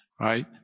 right